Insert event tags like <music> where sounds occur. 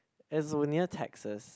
is <noise> near Texas